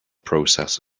process